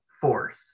force